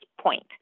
point